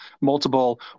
multiple